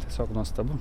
tiesiog nuostabu